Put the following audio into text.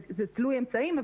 זה תלוי אמצעים,